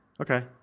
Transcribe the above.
Okay